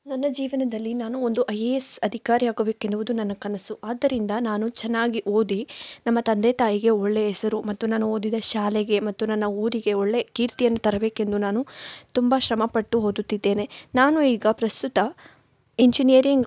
ನನ್ನ ಜೀವನದಲ್ಲಿ ನಾನು ಒಂದು ಐ ಎ ಎಸ್ ಅಧಿಕಾರಿಯಾಗಬೇಕೆನ್ನುವುದು ನನ್ನ ಕನಸು ಆದ್ದರಿಂದ ನಾನು ಚೆನ್ನಾಗಿ ಓದಿ ನಮ್ಮ ತಂದೆ ತಾಯಿಗೆ ಒಳ್ಳೆ ಹೆಸರು ಮತ್ತು ನಾನು ಓದಿದ ಶಾಲೆಗೆ ಮತ್ತು ನನ್ನ ಊರಿಗೆ ಒಳ್ಳೆ ಕೀರ್ತಿಯನ್ನು ತರಬೇಕೆಂದು ನಾನು ತುಂಬ ಶ್ರಮಪಟ್ಟು ಓದುತ್ತಿದ್ದೇನೆ ನಾನು ಈಗ ಪ್ರಸ್ತುತ ಇಂಜಿನಿಯರಿಂಗ್